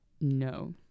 No